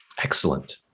Excellent